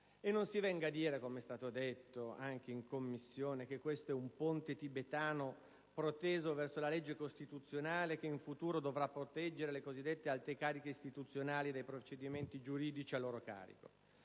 E non si venga a dire, come è stato fatto anche in Commissione, che questo è un ponte tibetano proteso verso la legge costituzionale che, in futuro, dovrà proteggere le cosiddette alte cariche istituzionali dai procedimenti giudiziari a loro carico: